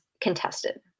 contested